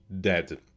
dead